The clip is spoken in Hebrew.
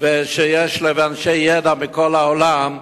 ואנשי ידע מכל העולם,